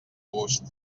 gust